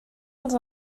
els